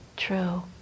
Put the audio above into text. true